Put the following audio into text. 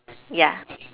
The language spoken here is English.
ya